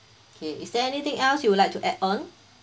okay is there anything else you would like to add on